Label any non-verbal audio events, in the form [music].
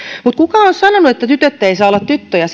mutta kuka on sanonut että tytöt eivät saa olla tyttöjä [unintelligible]